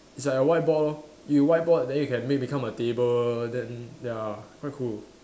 it's like a whiteboard lor you whiteboard then you can make become a table then ya quite cool